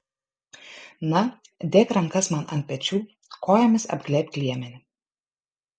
na dėk rankas man ant pečių kojomis apglėbk liemenį